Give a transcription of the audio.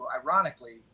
Ironically